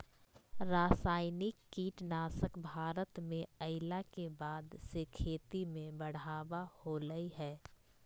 रासायनिक कीटनासक भारत में अइला के बाद से खेती में बढ़ावा होलय हें